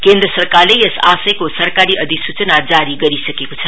केन्द्र सरकारले यस आशयको सरकारी अधिसूचना हिज जारी गरेको छ